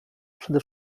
przede